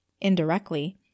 indirectly